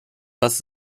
was